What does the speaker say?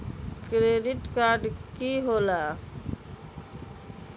Credit card की होला?